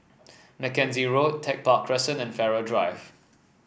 Mackenzie Road Tech Park Crescent and Farrer Drive